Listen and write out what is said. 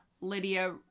Lydia